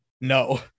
No